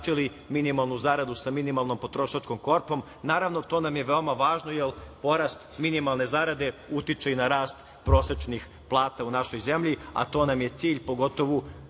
izjednačili minimalnu zaradu sa minimalnom potrošačkom korpom. Naravno, to nam je veoma važno, jer porast minimalne zarade utiče i na rast prosečnih plata u našoj zemlji, a to nam je cilj, pogotovu